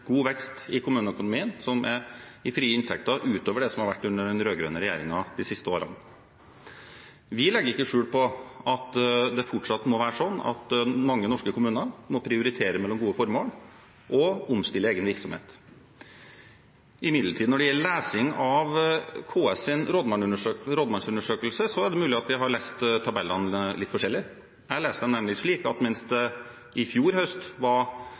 god vekst i kommunenes frie inntekter, utover hva den har vært under den rød-grønne regjeringen de siste årene. Vi legger ikke skjul på at det fortsatt må være sånn at mange norske kommuner må prioritere mellom gode formål og omstilling av egen virksomhet. Når det imidlertid gjelder lesing av KS’ rådmannsundersøkelse, er det mulig at vi har lest tabellene litt forskjellig. Jeg leser dem nemlig slik at mens det i fjor høst